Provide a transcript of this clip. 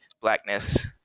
blackness